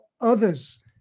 others